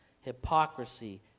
hypocrisy